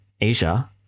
Asia